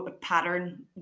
pattern